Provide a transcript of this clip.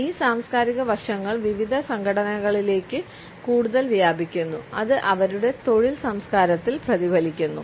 ഈ സാംസ്കാരിക വശങ്ങൾ വിവിധ സംഘടനകളിലേക്ക് കൂടുതൽ വ്യാപിക്കുന്നു അത് അവരുടെ തൊഴിൽ സംസ്കാരത്തിൽ പ്രതിഫലിക്കുന്നു